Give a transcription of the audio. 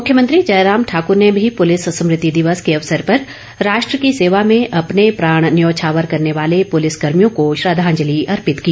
मुख्यमंत्री जयराम ठाकुर ने भी पुलिस स्मृति दिवस के अवसर पर राष्ट्र की सेवा में अपने प्राण न्यौछावर करने वाले पुलिस कर्मियों को श्रद्धांजलि अर्पित की